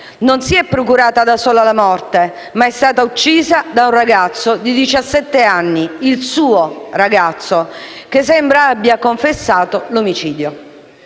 non si è procurata da sola la morte, ma è stata uccisa da un ragazzo di diciassette anni, il suo ragazzo, che sembra abbia confessato l'omicidio.